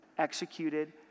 executed